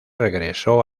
regresó